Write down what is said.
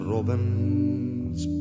Robin's